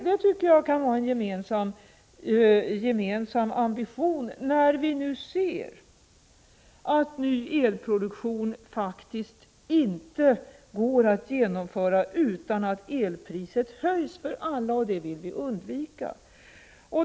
Det tycker jag kan vara en gemensam ambition när vi nu ser att det faktiskt inte går att ta fram ny elproduktion utan att elpriset höjs för alla — och det vill vi undvika.